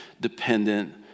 dependent